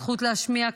הזכות להשמיע קול,